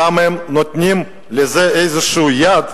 למה הם נותנים לזה איזו יד,